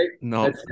no